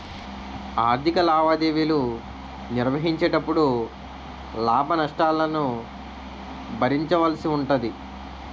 ఆర్ధిక లావాదేవీలు నిర్వహించేటపుడు లాభ నష్టాలను భరించవలసి ఉంటాది